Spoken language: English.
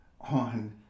on